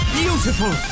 beautiful